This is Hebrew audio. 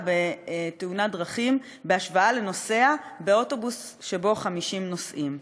בתאונת דרכים בהשוואה לנוסע באוטובוס שבו 50 נוסעים,